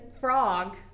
frog